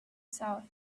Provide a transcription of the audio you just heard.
south